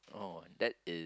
oh that is